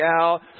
out